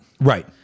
right